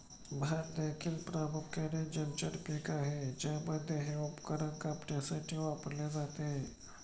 भात हे देखील प्रामुख्याने जलचर पीक आहे ज्यासाठी हे उपकरण कापण्यासाठी वापरले जाते